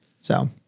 So-